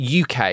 UK